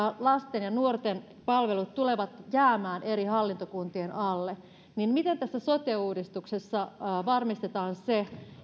lasten ja nuorten palvelut tulevat jäämään eri hallintokuntien alle miten tässä sote uudistuksessa varmistetaan se